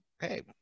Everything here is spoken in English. hey